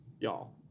Y'all